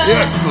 Yes